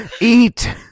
eat